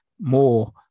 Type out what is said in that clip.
more